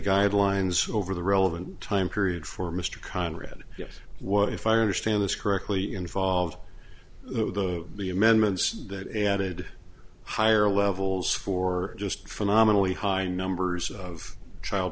guidelines over the relevant time period for mr conrad what if i understand this correctly involved the the amendments that added higher levels for just phenomenally high numbers of child